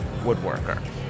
woodworker